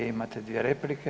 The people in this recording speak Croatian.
Imate dvije replike.